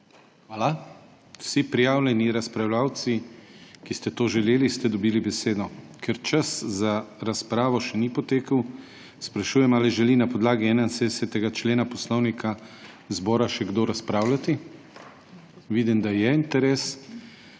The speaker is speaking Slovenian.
Hvala. Vsi prijavljeni razpravljavci, ki ste to želeli, ste dobili besedo. Ker čas za razpravo še ni potekel, sprašujem, ali želi na podlagi 71. člena Poslovnika Državnega zbora še kdo razpravljati? Vidmi, da je interes.